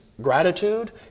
gratitude